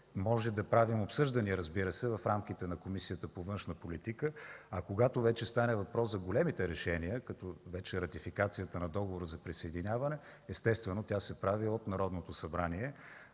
Можем да правим обсъждания, разбира се, в рамките на Комисията по външна политика, а когато вече стане въпрос за големите решения, като ратификацията на договора за присъединяване, естествено тя се прави от Народното събрание.